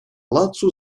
ладсу